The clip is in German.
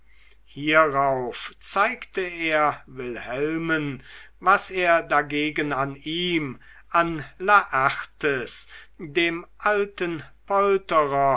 hierauf zeigte er wilhelmen was er dagegen an ihm an laertes dem alten polterer